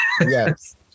Yes